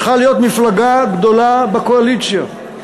צריכה להיות מפלגה גדולה בקואליציה,